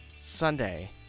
Sunday